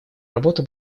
работа